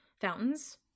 fountains